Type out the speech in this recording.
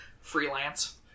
Freelance